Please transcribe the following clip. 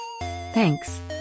Thanks